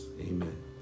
Amen